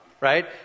Right